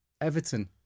Everton